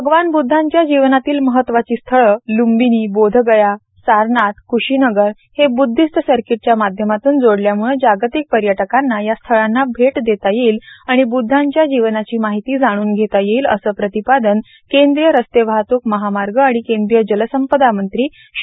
भगवान बुद्धांच्या जीवनातील महत्वाची स्थळे लुंबिनी बोधगया सारनाथ कुशीनगर हे ब्द्विस्ट सर्कीटच्या माध्यमातून जोडल्याम्ळे जागतिक पर्यटकांना या स्थळांना भेट देता येईल आणि ब्द्धांच्या जीवनाची माहिती जाणून घेता येईल असे प्रतिपादन केंद्रीय रस्ते वाहतूक महामार्ग आणि केंद्रीय जलसंपदा मंत्री श्री